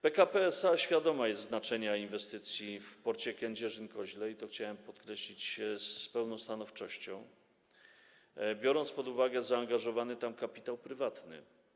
PKP SA świadoma jest znaczenia inwestycji w porcie Kędzierzyn-Koźle, chciałem to podkreślić z pełną stanowczością, biorąc pod uwagę zaangażowany tam kapitał prywatny.